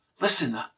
Listen